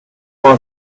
avoir